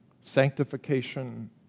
sanctification